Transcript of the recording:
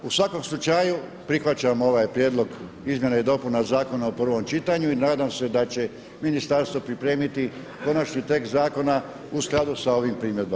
U svakom slučaju prihvaćam ovaj prijedlog izmjena i dopuna Zakona u prvom čitanju i nadam se da će ministarstvo pripremiti konačni tekst zakona u skladu sa ovim primjedbama.